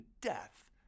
death